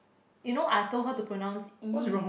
you know I told her to pronounce E